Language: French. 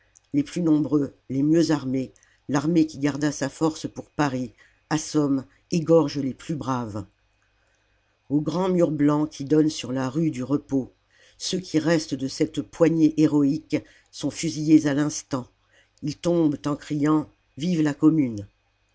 les plus nombreux les mieux armés l'armée qui garda sa force pour paris assomme égorge les plus braves au grand mur blanc qui donne sur la rue du repos ceux qui restent de cette poignée héroïque sont fusillés à l'instant ils tombent en criant vive la commune